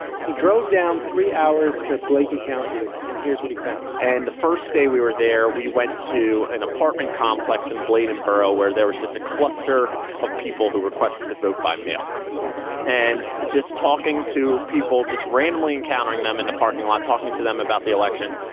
he drove down three hours to bladen county. and here's what he found and the first day we were there, we went to an apartment complex in blaydon borough, where there was just a cluster of people who requested the vote by mail and just talking to people, just randomly encountering them in the parking lot, talking to them about the election.